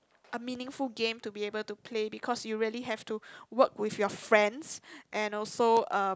a meaningful game to be able to play because you really have to work with your friends and also uh